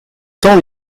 temps